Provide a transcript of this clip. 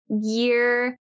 year